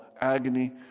agony